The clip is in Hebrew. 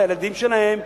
את הילדים שלהם,